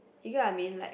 you get what I mean like